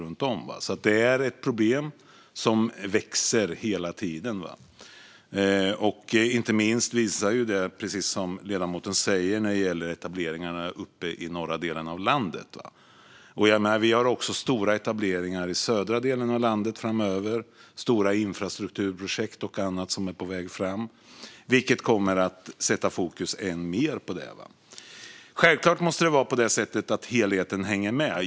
Det här är ett problem som växer hela tiden. Inte minst visar det sig, precis som ledamoten säger, när det gäller etableringarna uppe i den norra delen av landet. Vi har stora etableringar också i den södra delen av landet framöver. Det är stora infrastrukturprojekt och annat som är på väg fram, vilket kommer att sätta fokus ännu mer på det här. Helheten måste självklart hänga med.